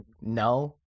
no